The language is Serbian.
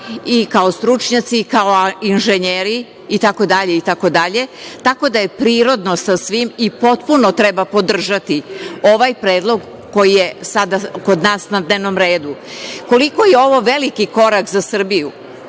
i kao stručnjaci i kao inženjeri, itd. Tako da je prirodno sasvim i potpuno treba podržati ovaj predlog koji je sada kod nas na dnevnom redu. Koliko je ovo veliki korak za Srbiju,